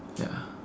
ya